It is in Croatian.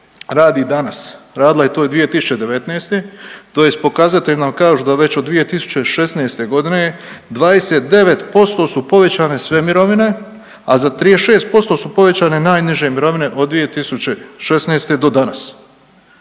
radi danas, radila je to i 2019., tj. pokazatelji nam kažu da već od 2016. g. 29% su povećane sve mirovine, a za 36% su povećane najniže mirovine od 2016. do danas